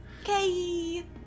Okay